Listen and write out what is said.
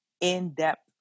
in-depth